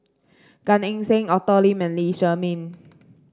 Gan Eng Seng Arthur Lim and Lee Shermay